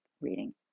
reading